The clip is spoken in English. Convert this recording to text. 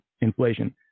inflation